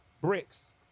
bricks